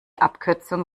abkürzung